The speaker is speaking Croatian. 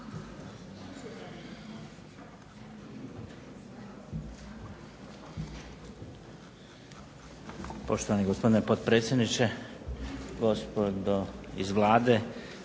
Poštovani gospodine potpredsjedniče, gospodo iz Vlade,